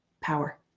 power